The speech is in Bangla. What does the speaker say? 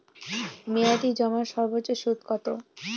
মেয়াদি জমার সর্বোচ্চ সুদ কতো?